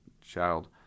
child